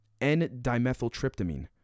N-dimethyltryptamine